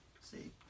see